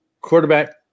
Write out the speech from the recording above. quarterback